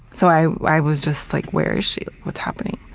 so i was just like, where is she? what's happening?